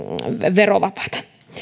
verovapaata